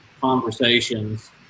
conversations